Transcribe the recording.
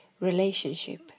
relationship